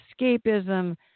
escapism